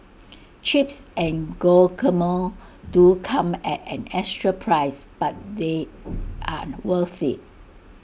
chips and guacamole do come at an extra price but they're worth IT